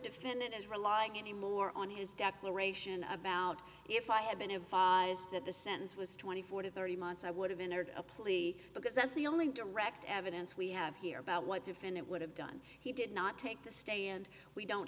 defendant is relying anymore on his declaration about if i had been advised that the sentence was twenty four to thirty months i would have entered a plea because that's the only direct evidence we have here about what defendant would have done he did not take the stay and we don't